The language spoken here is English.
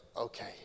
okay